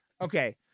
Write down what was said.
Okay